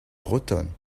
bretonne